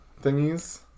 thingies